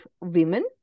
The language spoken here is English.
women